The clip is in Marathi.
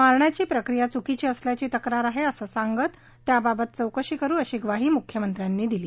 मारण्याची प्रक्रिया चुकीची असल्याची तक्रार आहे असं सांगत त्याबाबत चौकशी करु अशी ग्वाही मुख्यमंत्र्यांनी दिली